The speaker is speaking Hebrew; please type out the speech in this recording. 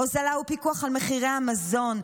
הוזלה ופיקוח על מחירי המזון,